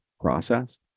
process